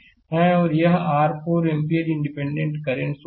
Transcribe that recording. और यह r 4 ampere r independent current source है